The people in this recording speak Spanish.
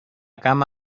cama